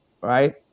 right